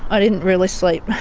i didn't really sleep,